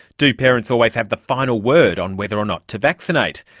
do parents always have the final word on whether or not to vaccinate?